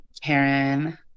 Karen